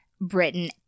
britain